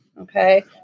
Okay